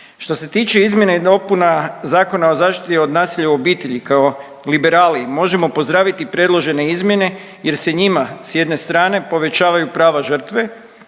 Što se tiče izmjena i dopuna Zakona o zaštiti od nasilja u obitelji kao Liberali možemo pozdraviti predložene izmjene jer se njima s jedne strane povećavaju prava žrtve